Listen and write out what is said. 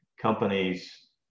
companies